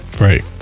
right